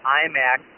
iMac